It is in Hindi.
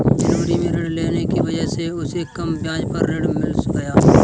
जनवरी में ऋण लेने की वजह से उसे कम ब्याज पर ऋण मिल गया